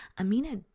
Amina